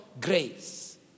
grace